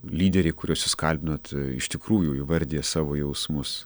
lyderiai kuriuos jūs kalbinot iš tikrųjų įvardija savo jausmus